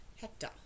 hector